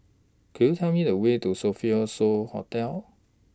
Could YOU Tell Me The Way to Sofitel So Hotel